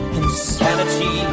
insanity